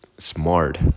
Smart